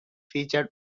featured